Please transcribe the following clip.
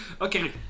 Okay